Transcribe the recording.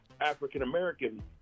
african-american